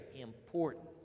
important